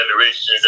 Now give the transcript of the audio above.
generations